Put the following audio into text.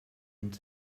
und